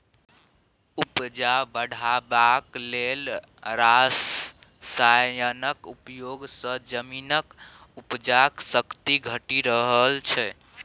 उपजा बढ़ेबाक लेल रासायनक प्रयोग सँ जमीनक उपजाक शक्ति घटि रहल छै